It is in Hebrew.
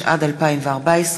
התשע"ד 2014,